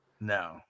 No